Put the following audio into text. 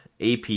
AP